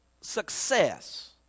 success